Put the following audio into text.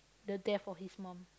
the death of his mum